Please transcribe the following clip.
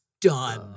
done